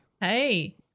Hey